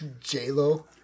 J-Lo